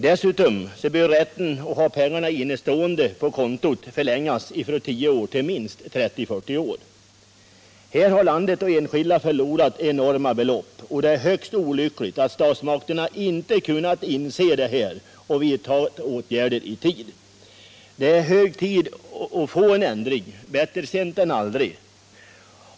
Dessutom bör rätten att ha pengarna innestående på kontot förlängas från 10 år till minst 30-40 år. Här har landet och enskilda förlorat enorma belopp. Det är högst olyck ligt att statsmakterna inte kunnat inse detta och vidta åtgärder. Det är hög tid när det gäller att få en ändring, men bättre sent än aldrig.